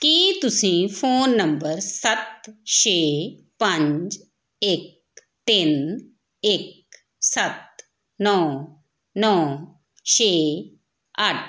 ਕੀ ਤੁਸੀਂ phone number ਸੱਤ ਛੇ ਪੰਜ ਇੱਕ ਤਿੰਨ ਇੱਕ ਸੱਤ ਨੌ ਨੌ ਛੇ ਅੱਠ